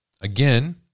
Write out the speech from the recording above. Again